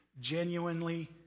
genuinely